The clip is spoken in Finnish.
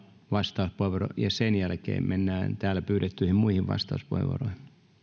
vastauspuheenvuoro ja sen jälkeen mennään täällä pyydettyihin muihin vastauspuheenvuoroihin